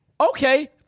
Okay